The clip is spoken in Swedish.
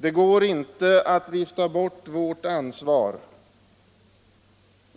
Det går inte att vifta bort vårt ansvar